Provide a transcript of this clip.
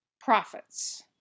profits